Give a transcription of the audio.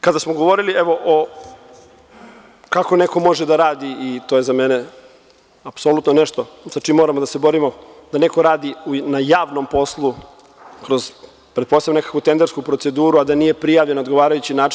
Kada smo govorili, evo o kako neko može da radi, to je za mene apsolutno nešto sa čime moramo da se borimo, da neko radi na javnom poslu, kroz pretpostavljam nekakvu tendersku proceduru, a da nije prijavljen na odgovarajući način.